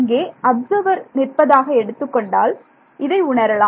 இங்கே அப்சர்வர் நிற்பதாக எடுத்துக்கொண்டால் இதை உணரலாம்